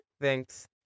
Thanks